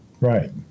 Right